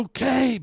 Okay